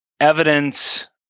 Evidence